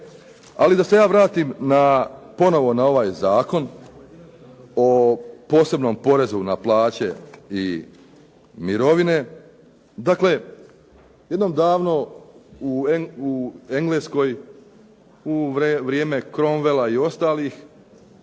Ali da se ja vratim ponovo na ovaj Zakon o posebnom porezu na plaće i mirovine. Dakle, jednom davno u Engleskoj u vrijeme Cromwella i ostalih